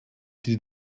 die